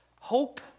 Hope